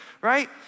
right